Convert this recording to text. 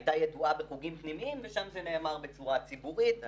הייתה ידועה בחוגים פנימיים ושם זה נאמר בצורה ציבורית.